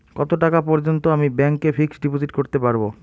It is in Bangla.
কত টাকা পর্যন্ত আমি ব্যাংক এ ফিক্সড ডিপোজিট করতে পারবো?